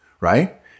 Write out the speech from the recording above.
right